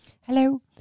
Hello